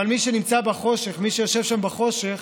אבל מי שנמצא בחושך, מי שיושב שם בחושך,